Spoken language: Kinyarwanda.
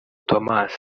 thomas